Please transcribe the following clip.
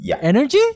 energy